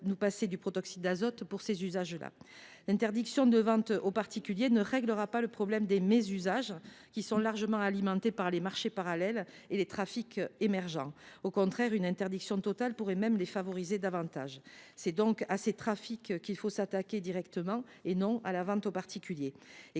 nous passer du protoxyde d’azote pour ces usages. En outre, l’interdiction de vente aux particuliers ne réglera pas le problème des mésusages, qui sont largement alimentés par les marchés parallèles et les trafics émergents. Au contraire, une interdiction totale pourrait même les favoriser davantage. C’est à ces trafics qu’il faut s’attaquer directement, et non à la vente aux particuliers.